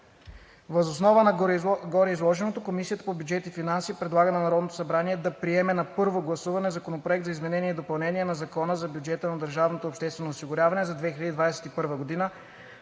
Въз основа на гореизложеното Комисията по бюджет и финанси предлага на Народното събрание да приеме на първо гласуване Законопроект за изменение и допълнение на Закона за бюджета на държавното обществено осигуряване за 2021 г.,